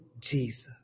Jesus